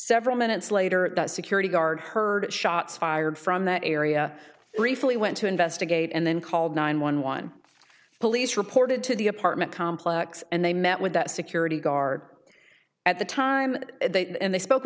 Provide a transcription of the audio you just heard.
several minutes later a security guard heard shots fired from that area briefly went to investigate and then called nine one one police reported to the apartment complex and they met with the security guard at the time and they spoke